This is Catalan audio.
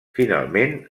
finalment